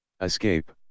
Escape